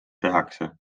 tehakse